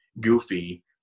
goofy